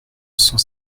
cent